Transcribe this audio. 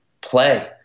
play